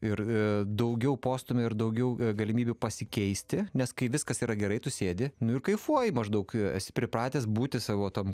ir daugiau postūmio ir daugiau galimybių pasikeisti nes kai viskas yra gerai tu sėdi ir kaifuoji maždaug esi pripratęs būti savo tam